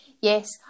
Yes